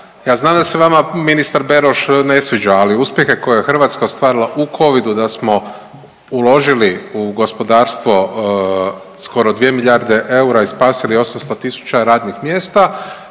Ja znam da se vama ministar Beroš ne sviđa, ali uspjehe koje je Hrvatska ostvarila u covidu da smo uložili u gospodarstvo skoro dvije milijarde eura i spasili 800 000 radnih mjesta